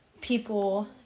people